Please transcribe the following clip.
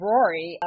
Rory